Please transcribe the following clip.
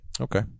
Okay